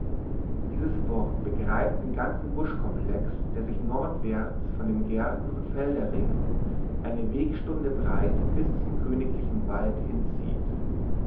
dieses wort begreift den ganzen buschkomplex der sich nordwärts von dem gärten und felderring eine wegstunde breit bis zum königlichen wald hinzieht